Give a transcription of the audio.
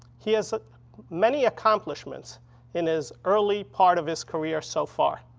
he has many accomplishments in his early part of his career so far,